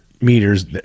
meters